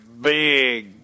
big